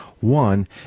One